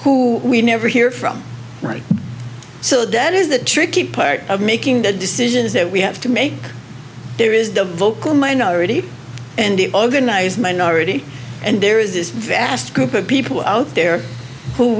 who we never hear from right so that is the tricky part of making the decisions that we have to make there is the vocal minority and the organized minority and there is this vast group of people out there who